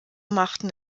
machten